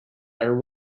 are